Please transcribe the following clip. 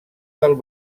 del